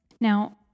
Now